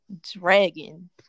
dragon